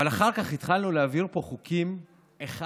אבל אחר כך התחלנו להעביר פה חוקים אחד-אחד,